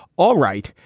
all right,